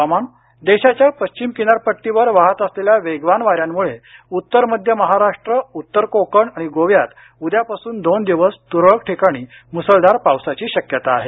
हवामान देशाच्या पश्चिम किनारपट्टीवर वाहत असलेल्या वेगवान वाऱ्यांमुळे उत्तर मध्य महाराष्ट्र उत्तर कोकण आणि गोव्यात उद्यापासून दोन दिवस तुरळक ठिकाणी मुसळधार पावसाची शक्यता आहे